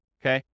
okay